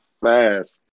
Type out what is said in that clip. fast